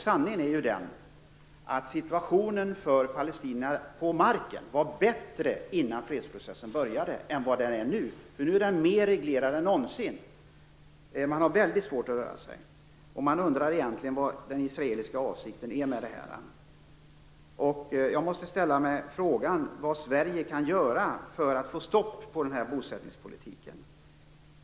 Sanningen är att palestiniernas situation på marken var bättre innan fredsprocessen började än vad den nu är. Nu är den nämligen mera reglerad än någonsin. Man har väldigt svårt att röra sig. Man undrar vad den israeliska avsikten egentligen är. Vad kan Sverige göra för att få stopp på den här bosättningspolitiken?